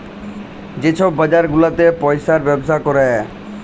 যে ছব বাজার গুলাতে পইসার ব্যবসা ক্যরে